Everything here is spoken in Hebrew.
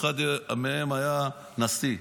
אחד מהם היה נשיא.